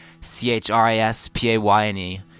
C-H-R-I-S-P-A-Y-N-E